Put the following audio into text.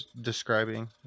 describing